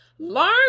Learn